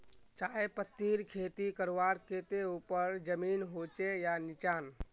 चाय पत्तीर खेती करवार केते ऊपर जमीन होचे या निचान?